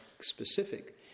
specific